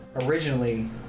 originally